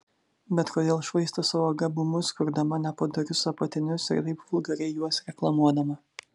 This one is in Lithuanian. bet kodėl švaisto savo gabumus kurdama nepadorius apatinius ir taip vulgariai juos reklamuodama